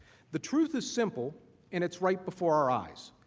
the truth is simple and it's right before our eyes.